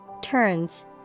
turns